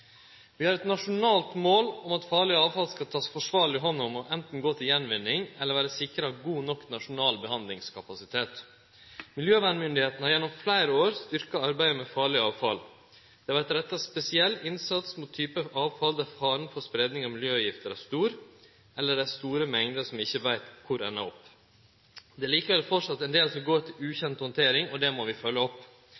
Vi har eit nasjonalt mål om at farleg avfall skal takast forsvarleg hand om og anten gå til gjenvinning eller vere sikra god nok nasjonal behandlingskapasitet. Miljøvernmyndigheitene har gjennom fleire år styrkt arbeidet med farleg avfall. Det har vore retta spesiell innsats mot typar avfall der faren for spreiing av miljøgifter er stor, eller det er store mengder som vi ikkje veit kvar endar opp. Det er likevel framleis ein del som går til